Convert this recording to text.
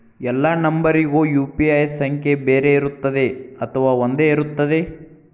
ಎಲ್ಲಾ ನಂಬರಿಗೂ ಯು.ಪಿ.ಐ ಸಂಖ್ಯೆ ಬೇರೆ ಇರುತ್ತದೆ ಅಥವಾ ಒಂದೇ ಇರುತ್ತದೆ?